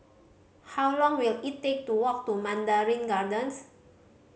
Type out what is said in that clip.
how long will it take to walk to Mandarin Gardens